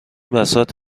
بساط